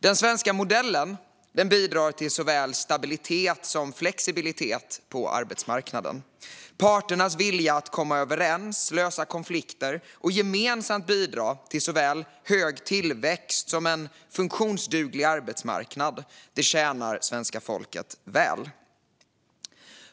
Den svenska modellen bidrar till såväl stabilitet som flexibilitet på arbetsmarknaden. Parternas vilja att komma överens, lösa konflikter och gemensamt bidra till såväl hög tillväxt som en funktionsduglig arbetsmarknad tjänar svenska folket väl.